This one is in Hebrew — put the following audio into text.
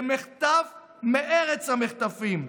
זה מחטף מארץ המחטפים.